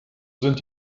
sind